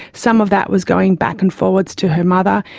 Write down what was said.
some of that was going back and forwards to her mother,